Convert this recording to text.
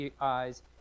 eyes